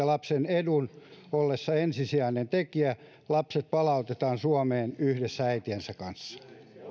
lapsen edun ollessa ensisijainen tekijä lapset palautetaan suomeen yhdessä äitiensä kanssa